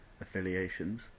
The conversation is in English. affiliations